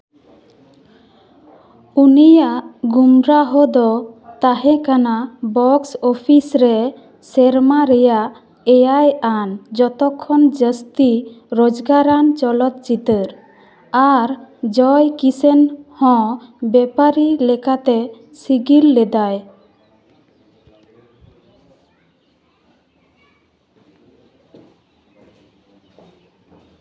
ᱩᱱᱤᱭᱟᱜ ᱜᱩᱢᱨᱟᱦᱚ ᱫᱚ ᱛᱟᱦᱮᱠᱟᱱᱟ ᱵᱚᱠᱥ ᱚᱯᱷᱤᱥ ᱨᱮ ᱥᱮᱨᱢᱟ ᱨᱮᱭᱟᱜ ᱮᱭᱟᱭ ᱟᱱ ᱡᱚᱛᱚ ᱠᱷᱚᱱ ᱡᱟᱹᱥᱛᱤ ᱨᱳᱡᱽᱜᱟᱨᱟᱱ ᱪᱚᱞᱚᱛ ᱪᱤᱛᱟᱹᱨ ᱟᱨ ᱡᱚᱭ ᱠᱤᱥᱟᱹᱱ ᱦᱚᱸ ᱵᱮᱯᱟᱨᱤ ᱞᱮᱠᱟᱛᱮ ᱥᱤᱜᱤᱞ ᱞᱮᱫᱟᱭ